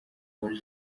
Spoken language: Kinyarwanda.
muri